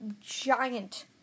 giant